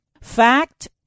Fact